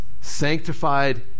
sanctified